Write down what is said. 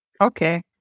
Okay